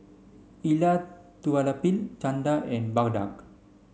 Elattuvalapil Chanda and Bhagat